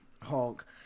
Hulk